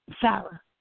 Sarah